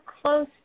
close